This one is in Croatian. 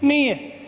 Nije.